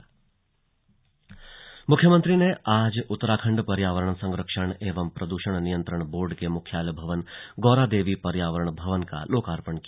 गौरादेवी पर्यावरण भवन मुख्यमंत्री ने आज उत्तराखण्ड पर्यावरण संरक्षण एवं प्रद्रषण नियंत्रण बोर्ड के मुख्यालय भवन गौरादेवी पर्यावरण भवन का लोकार्पण किया